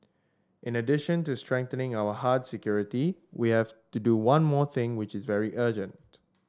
in addition to strengthening our hard security we have to do one more thing which is very urgent